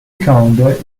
calendar